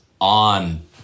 on